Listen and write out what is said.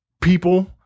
people